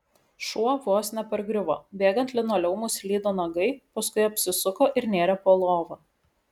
šuo vos nepargriuvo bėgant linoleumu slydo nagai paskui apsisuko ir nėrė po lova